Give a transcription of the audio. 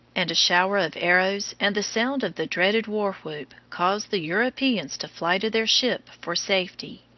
and a shower of arrows and the sound of the dreaded war whoop caused the europeans to fly to their ship for safety.